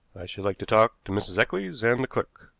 should like to talk to mrs. eccles and the clerk.